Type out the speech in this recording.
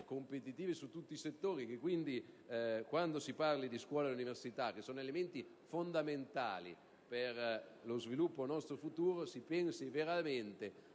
merito a tutti i settori e che quando si parla di scuola e università, elementi fondamentali per lo sviluppo del nostro futuro, si pensi veramente